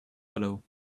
below